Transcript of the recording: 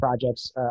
projects